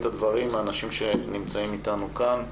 את הדברים האנשים שנמצאים איתנו כאן.